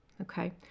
Okay